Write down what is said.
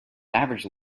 average